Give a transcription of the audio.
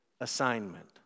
assignment